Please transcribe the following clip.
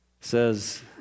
says